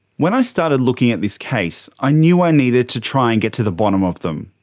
when i started looking at this case, i knew i needed to try and get to the bottom of them.